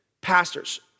pastors